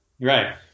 Right